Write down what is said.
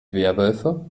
werwölfe